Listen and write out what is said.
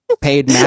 paid